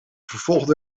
vervolgd